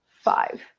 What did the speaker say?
five